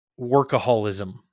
workaholism